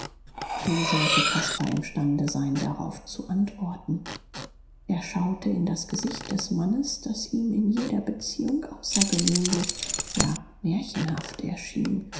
wie sollte caspar imstande sein darauf zu antworten er schaute in das gesicht des mannes das ihm in jeder beziehung außergewöhnlich ja märchenhaft erschien